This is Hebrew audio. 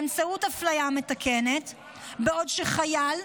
בעוד שחייל,